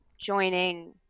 Joining